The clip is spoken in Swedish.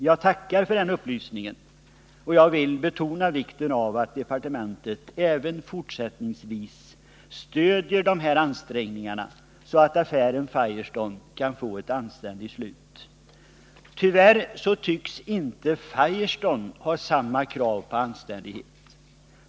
Jag tackar för den upplysningen och vill betona vikten av att departementet även fortsättningsvis stöder dessa ansträngningar, så att affären Firestone kan få ett anständigt slut. Tyvärr tycks inte Firestone ha samma krav på anständighet.